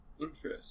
Interesting